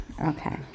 okay